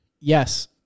Yes